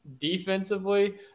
Defensively